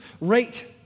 rate